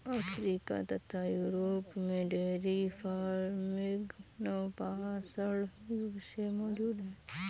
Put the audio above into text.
Africa तथा Europe में dairy farming नवपाषाण युग से मौजूद है